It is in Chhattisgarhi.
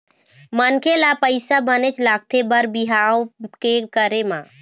मनखे ल पइसा बनेच लगथे बर बिहाव के करे म